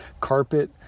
carpet